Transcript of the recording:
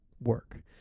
work